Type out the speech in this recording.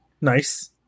nice